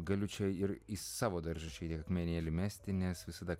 galiu čia ir į savo daržą šiek tiek akmenėlį mesti nes visada